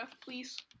please